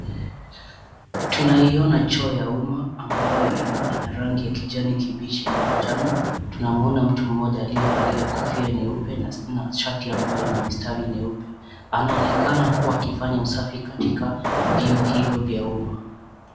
Tunaiona choo ya umma ambayo ina rangi ya kijani kibichi na manjano ,tunamwona mtu mmoja aliyevalia kofia nyeupe na shati ambayo ina mistari nyeupe , anaonekana anafanya usafi katika vyoo hivyo vya umma .